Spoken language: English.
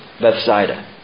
Bethsaida